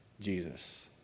Jesus